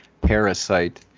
Parasite